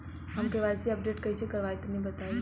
हम KYC updation कइसे करवाई तनि बताई?